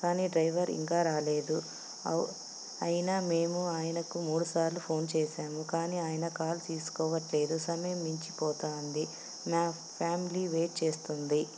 కానీ డ్రైవర్ ఇంకా రాలేదు అయినా మేము ఆయనకు మూడుసార్లు ఫోన్ చేసాము కానీ ఆయన కాల్ తీసుకోవట్లేదు సమయం మించిపోతుంది మా ఫ్యామిలీ వెయిట్ చేస్తుంది